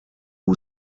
who